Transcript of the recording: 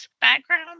background